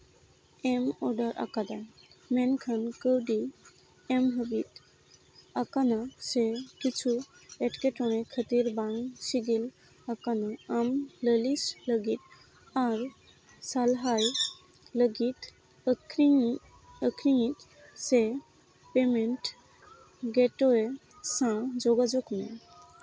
ᱮᱢ ᱚᱰᱟᱨ ᱟᱠᱟᱫᱟ ᱢᱮᱱᱠᱷᱟᱱ ᱠᱟᱹᱣᱰᱤ ᱮᱢ ᱦᱟᱹᱵᱤᱡ ᱟᱠᱟᱱᱟ ᱥᱮ ᱠᱤᱪᱷᱩ ᱮᱸᱴᱠᱮᱴᱚᱬᱮ ᱠᱷᱟᱹᱛᱤᱨ ᱵᱟᱝ ᱥᱤᱜᱤᱞ ᱟᱠᱟᱱ ᱞᱟᱹᱞᱤᱥ ᱞᱟᱹᱜᱤᱫ ᱟᱢ ᱥᱟᱞᱦᱟᱭ ᱞᱟᱹᱜᱤᱫ ᱟᱹᱠᱷᱨᱤᱧ ᱟᱹᱠᱷᱨᱤᱧᱤᱡ ᱥᱮ ᱯᱮᱢᱮᱱᱴ ᱜᱮᱴᱳᱭᱮ ᱥᱟᱶ ᱡᱳᱜᱟᱡᱳᱜᱽ ᱢᱮ